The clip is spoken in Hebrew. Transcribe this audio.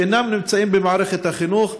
שאינם נמצאים במערכת החינוך.